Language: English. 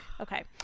Okay